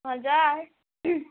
हजुर